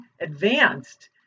advanced